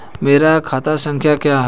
मेरा खाता संख्या क्या है?